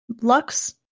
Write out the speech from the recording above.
Lux